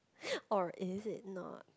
or is it not